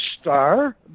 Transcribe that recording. star